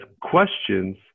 questions